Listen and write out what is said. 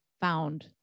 found